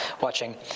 watching